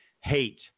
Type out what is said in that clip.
hate